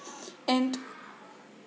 and